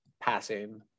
passing